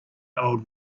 old